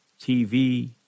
TV